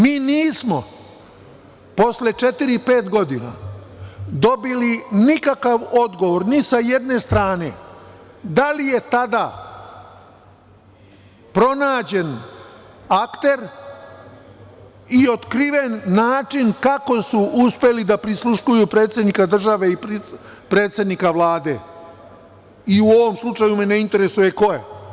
Mi nismo, posle četiri, pet godina, dobili nikakav odgovor ni sa jedne strane, da li je tada pronađen akter i otkriven način kako su uspeli da prisluškuju predsednika države i predsednika Vlade, i u ovom slučaju me ne interesuje ko je.